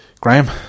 Graham